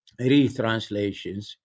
retranslations